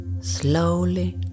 slowly